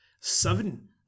Seven